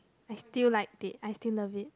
I still like it I still love it